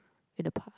in the park